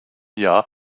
jahr